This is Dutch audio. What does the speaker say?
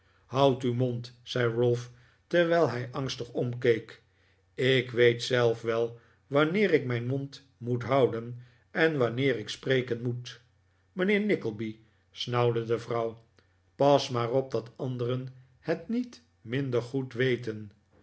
houd uw mond zei ralph terwijl hij angstig omkeek ik weet zelf wel wanneer ik mijn mond moet houden en wanneer ik spreken moet mijnheer nickleby snauwde de vrouw pas maar op dat anderen het niet minder goed weten